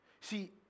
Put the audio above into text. See